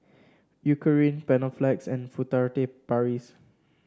Eucerin Panaflex and Furtere Paris